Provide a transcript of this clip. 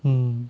mm